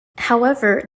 however